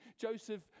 Joseph